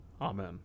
amen